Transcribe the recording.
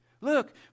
Look